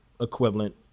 equivalent